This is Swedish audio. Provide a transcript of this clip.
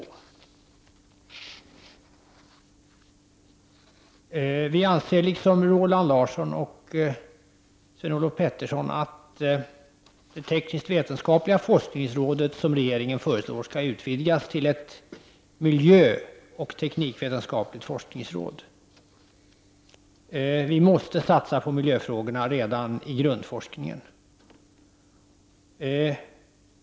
Vi i miljöpartiet anser liksom centerpartisterna Roland Larsson och Sven Olof Petersson att det tekniskt vetenskapliga forskningsrådet som regeringen föreslår skall utvidgas till ett miljöoch teknikvetenskapligt forskningsråd. Vi måste satsa på miljöfrågorna redan i grundforskningen.